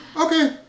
Okay